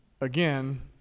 again